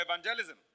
evangelism